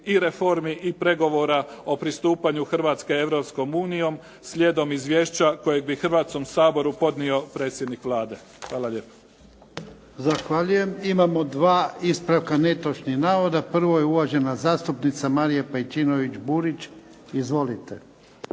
i reformi i pregovora o pristupanju Hrvatske Europskoj uniji slijedom izvješća koje bi Hrvatskom saboru podnio predsjednik Vlade. Hvala lijepo.